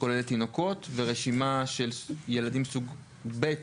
שכוללת תינוקות ורשימה של ילדים סוג ב',